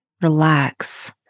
Relax